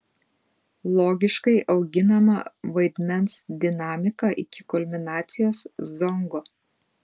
logiškai auginama vaidmens dinamika iki kulminacijos zongo